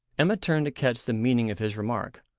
emma turned to catch the meaning of his remark.